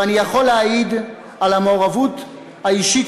ואני יכול להעיד על המעורבות האישית